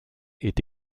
est